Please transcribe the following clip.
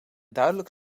duidelijk